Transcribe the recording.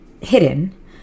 hidden